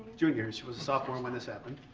junior, she was a sophomore when this happened.